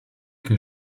que